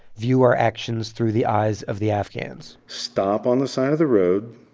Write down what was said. view our actions through the eyes of the afghans stop on the side of the road.